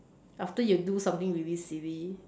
after you do something really silly